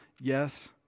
Yes